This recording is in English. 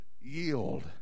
yield